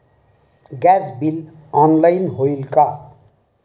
Gas bill online होईल का?